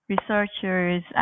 researchers